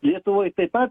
lietuvoj taip pat